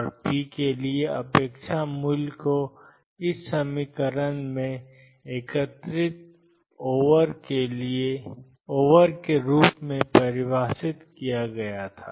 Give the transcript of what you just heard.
और पी के लिए अपेक्षा मूल्य को ∫iddxψdx एकीकृत ओवर के रूप में परिभाषित किया गया था